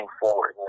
Forward